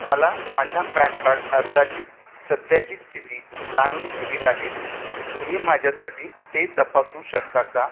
मला माझ्या PAN card अर्जाची स्स् सध्याची स्थिती जाणून घ्यावी लागेल तुम्ही माझ्यासाठी ते तपासू शकता का